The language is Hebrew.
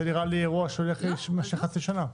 נראה לי שזה אירוע שהולך להימשך חצי שנה.